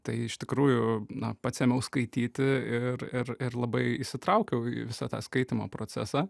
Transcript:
tai iš tikrųjų na pats ėmiau skaityti ir ir ir labai įsitraukiau į visą tą skaitymo procesą